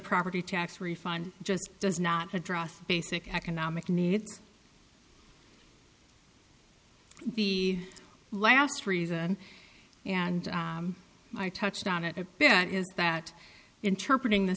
property tax refund just does not address basic economic needs the last reason and i touched on it a bit is that interpret in the